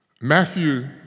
Matthew